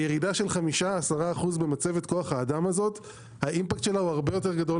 האימפקט של ירידה של 5% - 10% במצבת כוח האדם הזו הוא הרבה יותר גדול